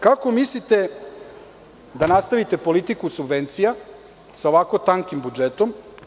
Kako mislite da nastavite politiku subvencija sa ovako tankim budžetom?